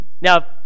Now